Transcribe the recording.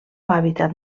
hàbitat